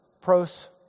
Pros